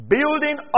Building